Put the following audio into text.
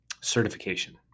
certification